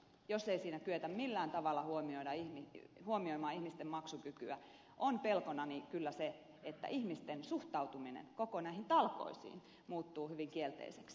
jos ei siinä kyetä millään tavalla huomioimaan ihmisten maksukykyä on pelkonani kyllä se että ihmisten suhtautuminen koko näihin talkoisiin muuttuu hyvin kielteiseksi